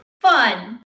Fun